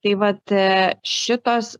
tai vat šitos